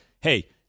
Hey